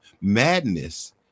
madness